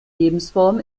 lebensform